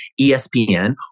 ESPN